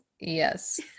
yes